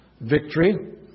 victory